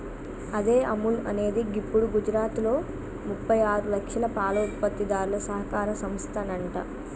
అదే అముల్ అనేది గిప్పుడు గుజరాత్లో ముప్పై ఆరు లక్షల పాల ఉత్పత్తిదారుల సహకార సంస్థనంట